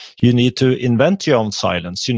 you need to invent your own silence. you know